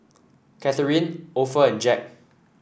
Katharyn Opha and Jack